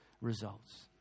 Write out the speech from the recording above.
results